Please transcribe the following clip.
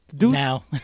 Now